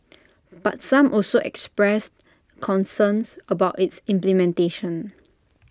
but some also expressed concerns about its implementation